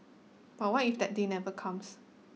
but what if that day never comes